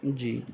جی